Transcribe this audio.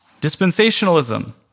dispensationalism